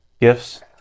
gifts